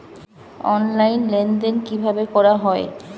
Online লেনদেন কিভাবে করা হয়?